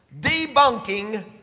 debunking